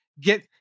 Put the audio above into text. Get